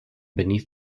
beneath